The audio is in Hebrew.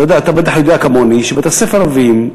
אתה בטח יודע כמוני שבבתי-ספר ערביים,